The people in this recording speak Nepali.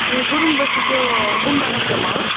ए गुरुङ बस्ती त्यो गुम्बाको छेउमा हो